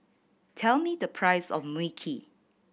tell me the price of Mui Kee